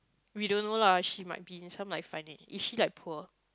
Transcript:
we don't know lah she might be in some like funny is she like poor